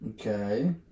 Okay